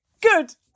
Good